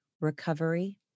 recovery